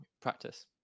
practice